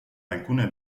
alcune